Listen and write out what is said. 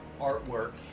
artwork